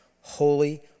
Holy